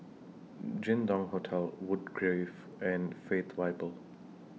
Jin Dong Hotel Woodgrove and Faith Bible